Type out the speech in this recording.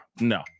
no